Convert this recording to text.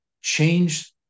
change